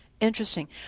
Interesting